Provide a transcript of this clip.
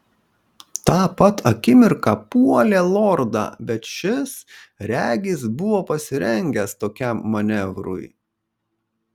tą pat akimirką puolė lordą bet šis regis buvo pasirengęs tokiam manevrui